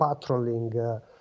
patrolling